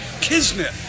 kismet